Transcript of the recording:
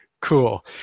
Cool